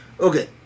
Okay